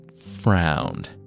frowned